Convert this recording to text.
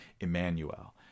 Emmanuel